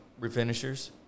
refinishers